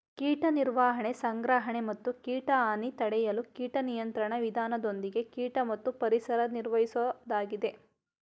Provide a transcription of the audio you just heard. ಕೀಟ ನಿರ್ವಹಣೆ ಸಂಗ್ರಹಣೆ ಮತ್ತು ಕೀಟ ಹಾನಿ ತಡೆಯಲು ಕೀಟ ನಿಯಂತ್ರಣ ವಿಧಾನದೊಂದಿಗೆ ಕೀಟ ಮತ್ತು ಪರಿಸರ ನಿರ್ವಹಿಸೋದಾಗಿದೆ